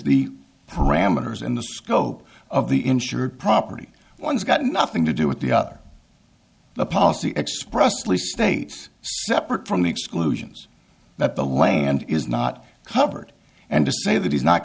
the parameters and the scope of the insured property one's got nothing to do with the other the policy expressly states separate from the exclusions that the land is not covered and to say that he's not